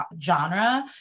genre